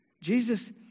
Jesus